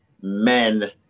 men